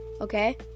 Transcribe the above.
okay